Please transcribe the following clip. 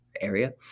area